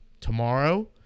tomorrow